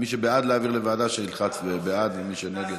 מי שבעד להעביר לוועדה שילחץ בעד, ומי שנגד, נגד.